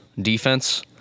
defense